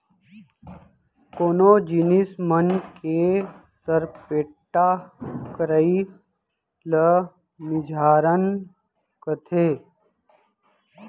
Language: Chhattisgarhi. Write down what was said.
कोनो जिनिस मन के सरपेट्टा करई ल मिझारन कथें